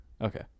okay